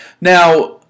Now